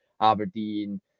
Aberdeen